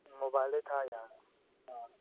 ꯎꯝ ꯃꯣꯕꯥꯏꯜꯗꯩ ꯊꯥ ꯌꯥꯕ ꯑ